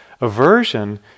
Aversion